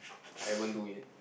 I won't do it